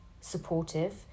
supportive